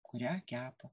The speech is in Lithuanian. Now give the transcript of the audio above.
kurią kepa